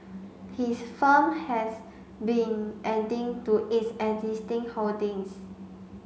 his firm has been adding to its existing holdings